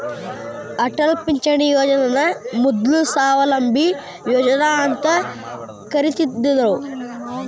ಅಟಲ್ ಪಿಂಚಣಿ ಯೋಜನನ ಮೊದ್ಲು ಸ್ವಾವಲಂಬಿ ಯೋಜನಾ ಅಂತ ಕರಿತ್ತಿದ್ರು